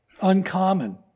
uncommon